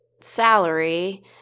salary